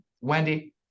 Wendy